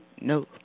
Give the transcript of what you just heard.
no